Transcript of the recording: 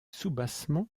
soubassement